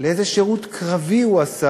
לאיזה שירות קרבי הוא עשה,